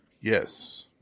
Yes